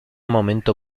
momento